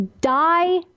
die